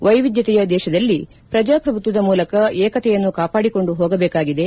ವೈವಿಧ್ಯತೆಯ ದೇಶದಲ್ಲಿ ಪ್ರಜಾಪ್ರಭುತ್ವದ ಮೂಲಕ ಏಕತೆಯನ್ನು ಕಾಪಾಡಿಕೊಂಡು ಹೋಗಬೇಕಾಗಿದೆ